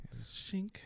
shink